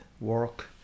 work